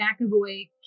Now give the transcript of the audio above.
McAvoy